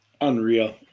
Unreal